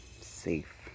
safe